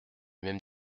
même